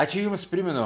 ačiū jums primenu